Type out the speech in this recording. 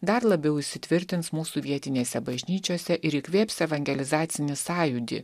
dar labiau įsitvirtins mūsų vietinėse bažnyčiose ir įkvėps evangelizacinį sąjūdį